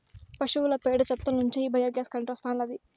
పశువుల పేడ చెత్త నుంచే ఈ బయోగ్యాస్ కరెంటు వస్తాండాది